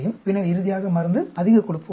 பின்னர் இறுதியாக மருந்து அதிக கொழுப்பு உணவு